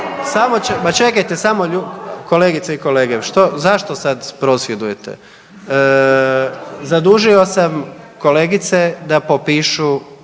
Ma čekajte samo, kolegice i kolege, što, zašto sad prosvjedujete? Zadužio sam kolegice da popišu